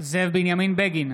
זאב בנימין בגין,